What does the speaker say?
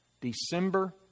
December